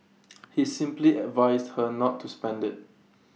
he simply advised her not to spend IT